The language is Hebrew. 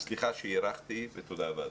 אז סליחה שהארכתי ותודה לוועדה.